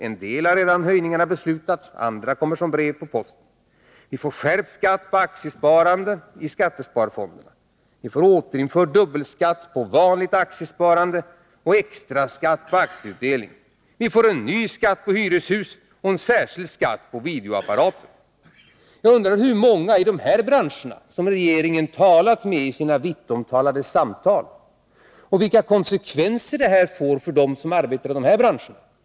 En del av höjningarna har redan beslutats — andra kommer som brev på posten. Vi får skärpt skatt på aktiesparande i skattesparfonderna. Vi får återinförd dubbelskatt på vanligt aktiesparande och extra skatt på aktieutdelning. Vi får en ny skatt på hyreshus och en särskild skatt på videoapparater. Jag undrar hur många det är i dessa branscher som regeringen har varit i kontakt med i sina vittomtalade samtal? Vilka konsekvenser får det här för dem som arbetar i dessa branscher?